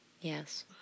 Yes